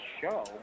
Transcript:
show